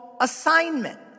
assignment